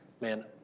man